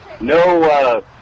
No